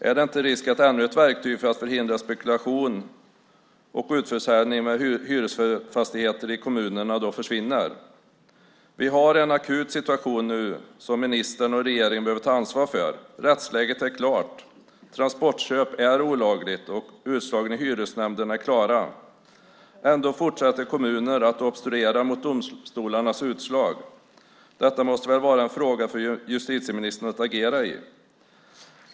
Är det inte risk för att ännu ett verktyg för att förhindra spekulation och utförsäljning av hyresfastigheter i kommunerna då försvinner? Vi har en akut situation nu som ministern och regeringen behöver ta ansvar för. Rättsläget är klart. Transportköp är olagligt. Utslagen i hyresnämnden är klara. Ändå fortsätter kommuner att obstruera mot domstolarnas utslag. Detta måste väl vara en fråga för justitieministern att agera i.